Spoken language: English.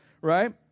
right